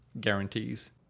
guarantees